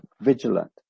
Vigilant